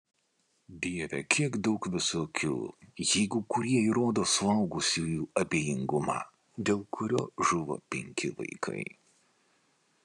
dieve kiek daug visokių jeigu kurie įrodo suaugusiųjų abejingumą dėl kurio žuvo penki vaikai